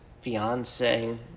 fiance